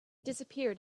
disappeared